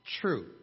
True